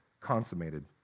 consummated